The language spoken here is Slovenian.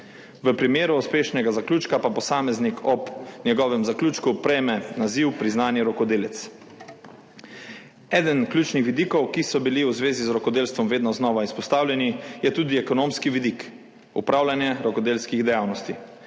v primeru uspešnega zaključka pa posameznik ob zaključku prejme naziv priznani rokodelec. Eden ključnih vidikov, ki je bil v zvezi z rokodelstvom vedno znova izpostavljen, je tudi ekonomski vidik opravljanja rokodelskih dejavnosti.